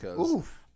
Oof